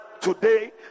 today